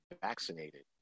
vaccinated